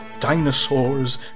dinosaurs